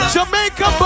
Jamaica